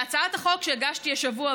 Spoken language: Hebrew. בהצעת החוק שהגשתי השבוע,